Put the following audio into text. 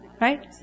right